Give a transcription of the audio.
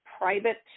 private